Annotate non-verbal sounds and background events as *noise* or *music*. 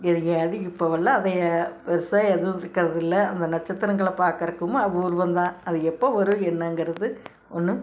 *unintelligible* அது இப்போவெல்லாம் அதை பெரிசா எதுவும் இருக்கறதில்லை அந்த நட்சத்திரங்கள பார்க்கறக்கும் அபூர்வம் தான் அது எப்போ வரும் என்னங்கிறது ஒன்றும்